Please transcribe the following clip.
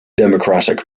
democratic